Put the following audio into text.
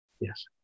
Yes